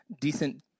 decent